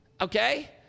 okay